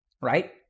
Right